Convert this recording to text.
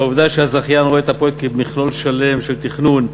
העובדה שהזכיין רואה את הפרויקט כמכלול שלם של תכנון,